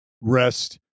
Rest